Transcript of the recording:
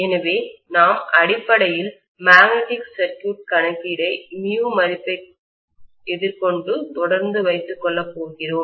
எனவே நாம் அடிப்படையில் மேக்னெட்டிக் சர்க்யூட் கணக்கீடை மதிப்பை எதிர்கொண்டு தொடர்ந்து வைத்துக் கொள்ளப் போகிறோம்